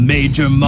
Major